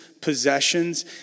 possessions